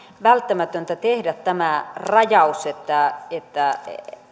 välttämätöntä tehdä tämä rajaus että että